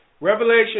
Revelation